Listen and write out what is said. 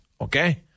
okay